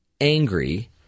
angry